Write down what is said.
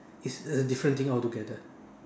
is a different thing altogether